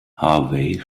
harvey